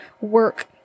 work